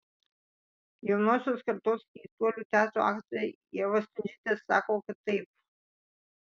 jaunosios kartos keistuolių teatro aktorė ieva stundžytė sako kad taip